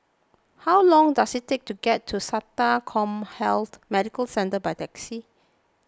how long does it take to get to Sata CommHealth Medical Centre by taxi